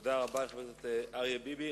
תודה רבה לחבר הכנסת אריה ביבי.